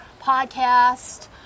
podcast